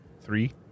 Three